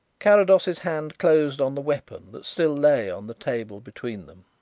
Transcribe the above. carrados's hand closed on the weapon that still lay on the table between them.